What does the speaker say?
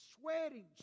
Sweating